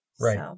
Right